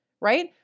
right